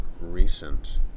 recent